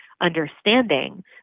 understanding